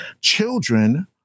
children